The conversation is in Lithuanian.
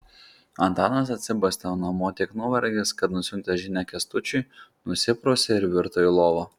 antanas atsibastė namo tiek nuvargęs kad nusiuntęs žinią kęstučiui nusiprausė ir virto į lovą